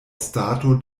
stato